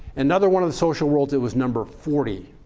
another one of the social worlds, it was number forty.